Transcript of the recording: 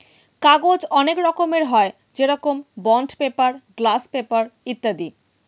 কাগজ অনেক রকমের হয়, যেরকম বন্ড পেপার, গ্লাস পেপার ইত্যাদি